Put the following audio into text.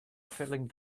filling